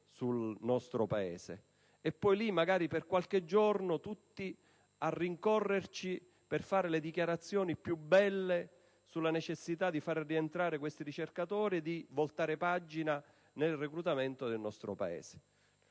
sul nostro Paese. Allora, per qualche giorno, tutti a rincorrerci per fare le dichiarazioni più belle sulla necessità di far rientrare i ricercatori e di voltare pagina con le procedure di reclutamento nel nostro Paese.